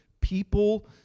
people